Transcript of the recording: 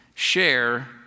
Share